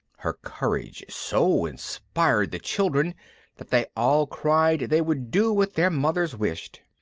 her courage so inspired the children that they all cried they would do what their mothers wished.